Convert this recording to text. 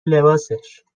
لباسش